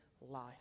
life